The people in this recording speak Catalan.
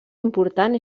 important